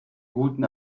guten